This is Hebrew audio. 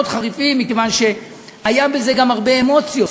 מכיוון שהיו בזה גם הרבה אמוציות.